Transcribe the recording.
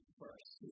first